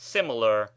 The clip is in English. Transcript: Similar